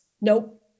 Nope